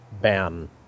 ban